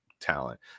talent